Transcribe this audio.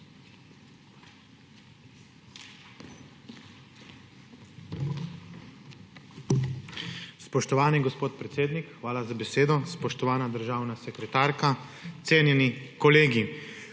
Spoštovani gospod predsednik, hvala za besedo. Spoštovana državna sekretarka, cenjeni kolegi!